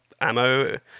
ammo